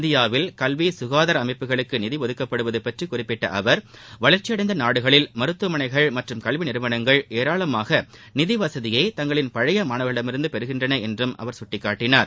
இந்தியாவில் கல்வி சுகாதார அமைப்புகளுக்கு நிதி ஒதுக்கப்படுவது பற்றி குறிப்பிட்ட அவர் வளா்ச்சி அடைந்த நாடுகளில் மருத்துமனைகள் மற்றும் கல்வி நிறுவனங்கள் ஏராளமாக நிதி வசதியை தங்களின் பழைய மாணவர்களிடமிருந்து பெருகுகின்றன என்றும் சுட்டிக்காட்டினார்